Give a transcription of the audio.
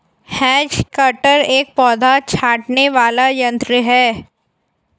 has cutter एक पौधा छाँटने वाला यन्त्र है